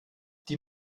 die